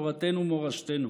מסורתנו ומורשתנו.